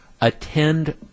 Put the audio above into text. attend